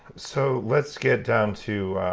so let's get down to.